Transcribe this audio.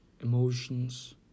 emotions